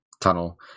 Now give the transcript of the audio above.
tunnel